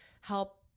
help